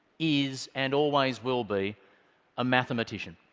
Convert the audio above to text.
is, and always will be a mathematician.